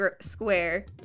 Square